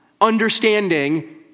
Understanding